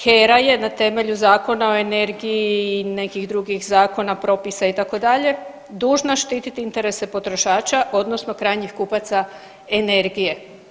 HERA je na temelju Zakona o energiji i nekih drugih zakona, propisa itd. dužna štititi interese potrošača odnosno krajnjih kupaca energije.